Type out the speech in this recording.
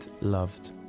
loved